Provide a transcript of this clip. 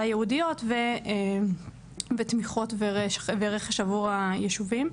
ייעודיות ותמיכות ורכש עבור הישובים.